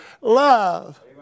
love